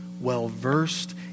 well-versed